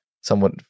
somewhat